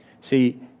See